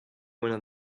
were